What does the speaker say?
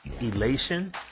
elation